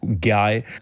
guy